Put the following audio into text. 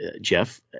Jeff